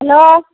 hello